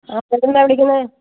hello എവിടുന്നാ വിളിക്കുന്നത്